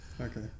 Okay